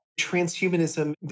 transhumanism